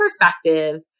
perspective